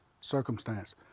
circumstance